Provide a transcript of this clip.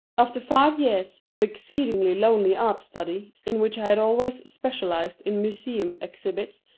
after five years of exceedingly lonely art study, in which i had always specialized in museum exhibits,